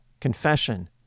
confession